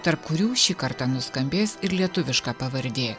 tarp kurių šį kartą nuskambės ir lietuviška pavardė